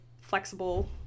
flexible